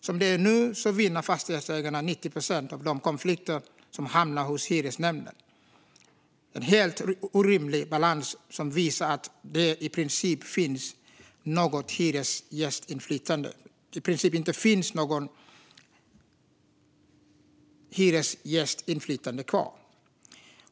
Som det är nu vinner fastighetsägarna 90 procent av de konflikter som hamnar hos hyresnämnden - en helt orimlig balans som visar att det i princip inte finns något hyresgästinflytande kvar.